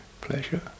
pleasure